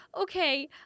okay